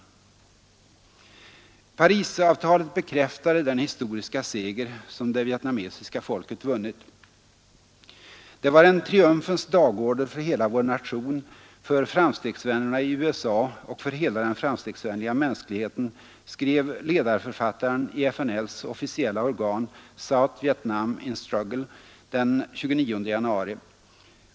Parisavtalet bekräftade den historiska seger, som det vietnamesiska folket vunnit. ”Det var en triumfens dagorder för hela vår nation, för framstegsvännerna i USA och för hela den framstegsvänliga mänskligheten”, skrev ledarförfattaren i FNL:s officiella organ South Viet Nam in struggle den 29 januari.